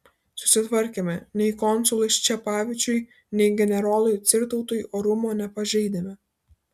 susitvarkėme nei konsului ščepavičiui nei generolui cirtautui orumo nepažeidėme